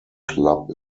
club